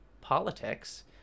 politics